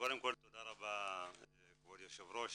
תודה רבה כבוד היושב ראש,